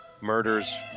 murders